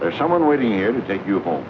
there's someone waiting here to take your